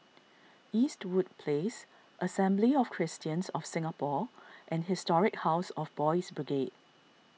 Eastwood Place Assembly of Christians of Singapore and Historic House of Boys' Brigade